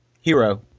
hero